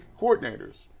coordinators